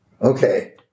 Okay